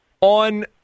on